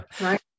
Right